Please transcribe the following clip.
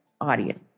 audience